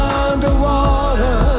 underwater